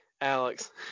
alex